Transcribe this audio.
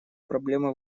проблемы